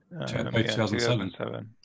2007